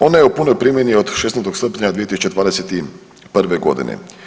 Ona je u punoj primjeni od 16. srpnja 2021. godine.